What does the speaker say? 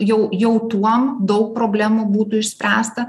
jau jau tuom daug problemų būtų išspręsta